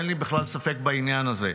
אין לי בכלל ספק בעניין הזה.